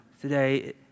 today